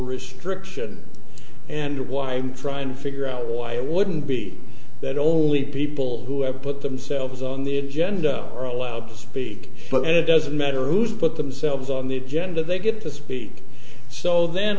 restriction and why i'm trying to figure out why it wouldn't be that only people who have put themselves on the agenda are allowed to speak but it doesn't matter who's put themselves on the agenda they get to speak so then